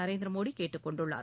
நரேந்திர மோடி கேட்டுக் கொண்டுள்ளார்